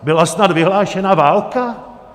Byla snad vyhlášena válka?